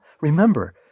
remember